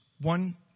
one